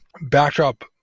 backdrop